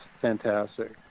fantastic